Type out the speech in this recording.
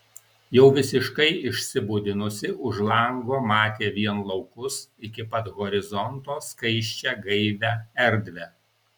jau visiškai išsibudinusi už lango matė vien laukus iki pat horizonto skaisčią gaivią erdvę